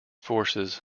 forces